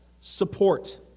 support